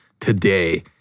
today